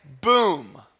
Boom